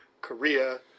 Korea